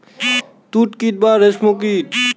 তুত কীট বা রেশ্ম কীট